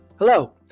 Hello